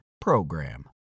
PROGRAM